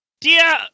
Dear